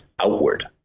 outward